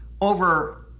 over